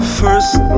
first